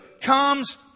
comes